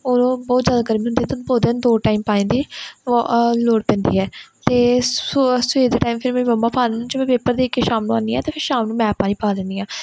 ਔਰ ਬਹੁਤ ਜ਼ਿਆਦਾ ਗਰਮੀ ਹੁੰਦੀ ਹੈ ਅਤੇ ਪੌਦਿਆਂ ਨੂੰ ਦੋ ਟਾਈਮ ਪਾਣੀ ਦੀ ਲੋੜ ਪੈਂਦੀ ਹੈ ਅਤੇ ਸੁ ਸਵੇਰ ਦੇ ਟਾਈਮ ਫਿਰ ਮੇਰੇ ਮੰਮਾ ਪਾ ਜੇ ਮੈਂ ਪੇਪਰ ਦੇ ਕੇ ਸ਼ਾਮ ਨੂੰ ਆਉਂਦੀ ਹਾਂ ਤਾਂ ਫਿਰ ਸ਼ਾਮ ਨੂੰ ਮੈ ਪਾਣੀ ਪਾ ਦਿੰਦੀ ਹਾਂ